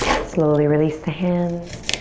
slowly release the hands.